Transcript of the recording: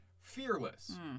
Fearless